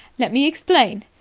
let me explain.